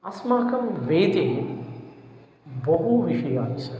अस्माकं वेदे बहुविषयाणि सन्ति